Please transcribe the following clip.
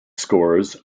scores